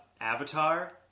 Avatar